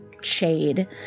shade